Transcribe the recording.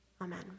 Amen